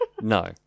No